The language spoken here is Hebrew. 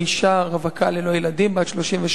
אני אשה רווקה, ללא ילדים, בת 39,